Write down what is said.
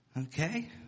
Okay